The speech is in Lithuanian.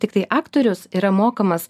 tiktai aktorius yra mokamas